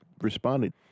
responded